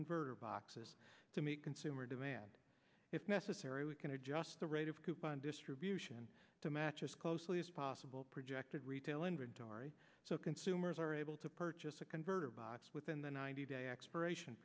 converter boxes to meet consumer demand if necessary we can adjust the rate of coupon distribution to match as closely as possible projected retail inventory so consumers are able to purchase a converter box within the ninety day expiration